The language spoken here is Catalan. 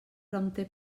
prompte